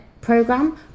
program